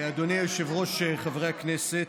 אדוני היושב-ראש, חברי הכנסת,